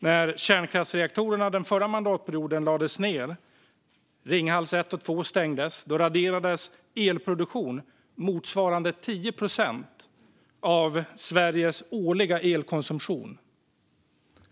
När kärnkraftsreaktorerna Ringhals 1 och 2 stängdes den förra mandatperioden raderades elproduktion motsvarande 10 procent av Sveriges årliga elkonsumtion.